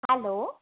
hello